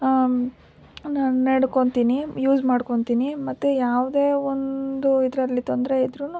ನಾನು ನಡ್ಕೊತೀನಿ ಯೂಸ್ ಮಾಡ್ಕೊತೀನಿ ಮತ್ತು ಯಾವುದೇ ಒಂದು ಇದರಲ್ಲಿ ತೊಂದರೆ ಇದ್ರೂ